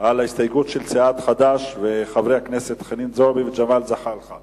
על ההסתייגות של סיעת חד"ש וחברי הכנסת חנין זועבי וג'מאל זחאלקה